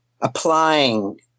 applying